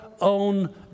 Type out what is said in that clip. own